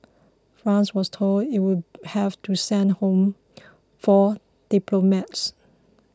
France was told it would have to send home four diplomats